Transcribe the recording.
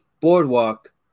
boardwalk